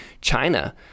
China